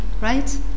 right